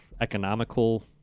economical